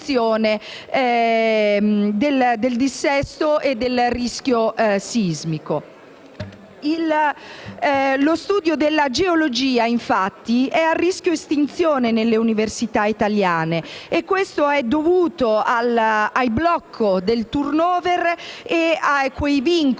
del dissesto e del rischio sismico. Lo studio della geologia, infatti, è a rischio estinzione nelle università italiane e ciò è dovuto al blocco del*turnover* e a quei vincoli